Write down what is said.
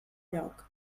lloc